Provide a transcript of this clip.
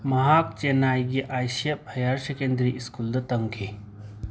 ꯃꯍꯥꯛ ꯆꯦꯅꯥꯏꯒꯤ I C F higher secondary ꯏꯁꯀꯨꯜꯗ ꯇꯝꯈꯤ